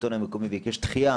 השלטון המקומי ביקש דחייה